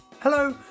hello